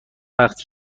وقت